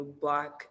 Black